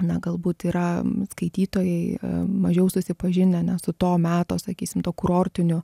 na galbūt yra skaitytojai mažiau susipažinę ne su to meto sakysim tuo kurortiniu